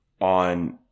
on